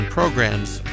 programs